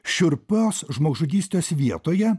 šiurpios žmogžudystės vietoje